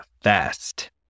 fast